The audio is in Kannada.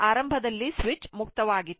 ಆರಂಭದಲ್ಲಿ ಸ್ವಿಚ್ ಮುಕ್ತವಾಗಿತ್ತು